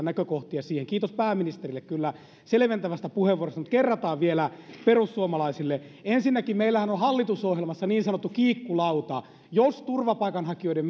näkökohtia siihen kiitos kyllä pääministerille selventävästä puheenvuorosta mutta kerrataan vielä perussuomalaisille ensinnäkin meillähän on hallitusohjelmassa niin sanottu kiikkulauta jos turvapaikanhakijoiden